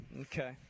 Okay